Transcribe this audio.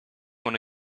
want